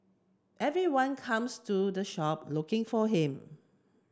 everyone comes to the shop looking for him